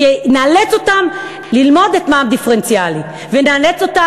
נאלץ אותם ללמוד את המע"מ הדיפרנציאלי ונאלץ אותם